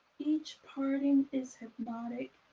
each parting is hypnotic.